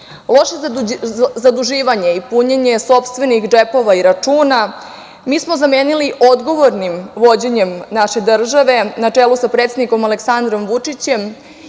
zaduživanje i punjenje sopstvenih džepova i računa zamenili smo odgovornim vođenjem naše države na čelu sa predsednikom Aleksandrom Vučićem